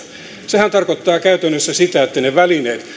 sehän tarkoittaa käytännössä sitä että välineet